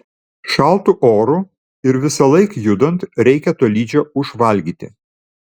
šaltu oru ir visąlaik judant reikia tolydžio užvalgyti